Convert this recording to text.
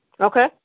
Okay